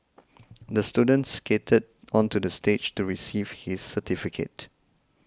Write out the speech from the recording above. the student skated onto the stage to receive his certificate